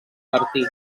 bertí